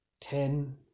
ten